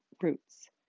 roots